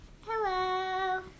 Hello